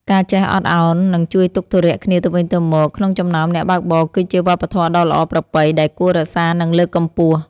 ការចេះអត់ឱននិងជួយទុក្ខធុរៈគ្នាទៅវិញទៅមកក្នុងចំណោមអ្នកបើកបរគឺជាវប្បធម៌ដ៏ល្អប្រពៃដែលគួររក្សានិងលើកកម្ពស់។